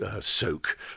soak